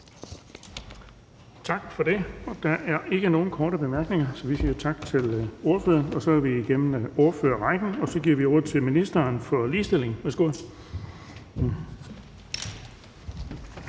Tak for det. Der er ikke nogen korte bemærkninger, så vi siger tak til ordføreren. Så er vi igennem ordførerrækken, og så giver vi ordet til ministeren for ligestilling. Værsgo.